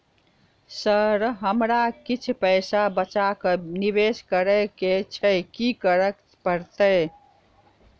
Sir हमरा किछ पैसा बचा कऽ निवेश करऽ केँ छैय की करऽ परतै?